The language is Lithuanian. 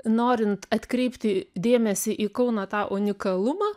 norint atkreipti dėmesį į kauno tą unikalumą